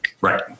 Right